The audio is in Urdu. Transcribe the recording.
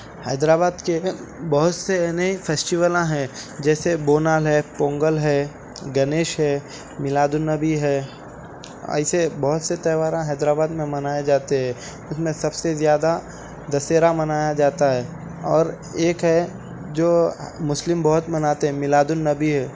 حیدرآباد کے ہے بہت سے نے فیسٹیولاں ہیں جیسے بونال ہے پنگل ہے گنیش ہے میلادالنبی ہے ایسے بہت سے تہور ہیں حیدرآباد میں منائے جاتے ان میں سب سے زیادہ دسہرا منایا جاتا ہے اور ایک ہے جو مسلم بہت مناتے ہیں میلادالنبی ہے